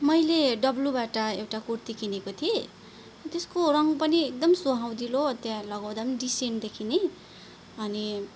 मैले डब्लुबाट एउटा कुर्ती किनेको थिएँ त्यसको रङ् पनि एकदम सुहाउँदिलो त्यहाँ लगाउँदा पनि डिसेन्ट देखिने अनि